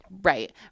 right